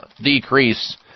decrease